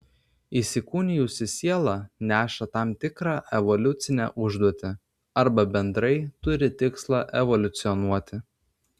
įsikūnijusi siela neša tam tikrą evoliucinę užduotį arba bendrai turi tikslą evoliucionuoti